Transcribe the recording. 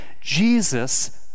Jesus